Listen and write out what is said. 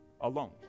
alone